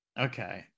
okay